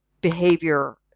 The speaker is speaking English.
behavior